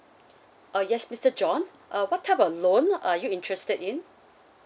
uh yes mister john uh what type of loan are you interested in